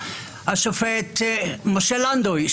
השופט משה לנדוי,